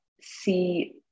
see